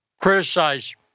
criticize